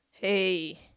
hey